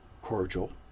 cordial